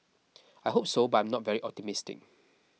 I hope so but I am not very optimistic